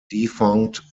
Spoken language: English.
defunct